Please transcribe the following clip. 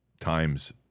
times